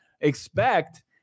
expect